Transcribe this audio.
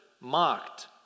mocked